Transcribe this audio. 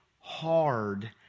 hard